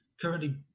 currently